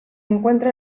encuentra